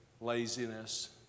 laziness